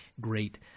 great